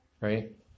right